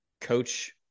coach